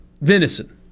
Venison